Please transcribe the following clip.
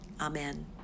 amen